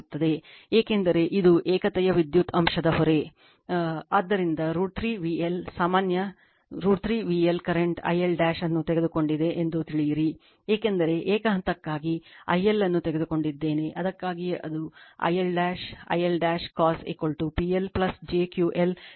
ಏಕೆಂದರೆ ಇದು ಏಕತೆಯ ವಿದ್ಯುತ್ ಅಂಶದ ಹೊರೆ I L ಅನ್ನು ತೆಗೆದುಕೊಂಡಿದ್ದೇನೆ ಅದಕ್ಕಾಗಿಯೇ ಅದು I L I L cos PL jQ L PL ಅದು ಸೂತ್ರ ಆಗಿದೆ